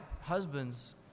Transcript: husbands